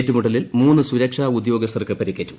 ഏറ്റുമുട്ടലിൽ മൂന്ന് സുര്ക്ഷാ ഉദ്യോഗസ്ഥർക്ക് പരിക്കേറ്റു